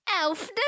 Elf